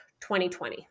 2020